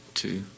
two